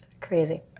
crazy